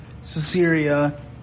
Caesarea